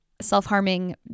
self-harming